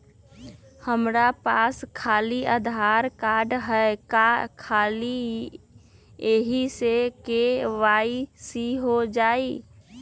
हमरा पास खाली आधार कार्ड है, का ख़ाली यही से के.वाई.सी हो जाइ?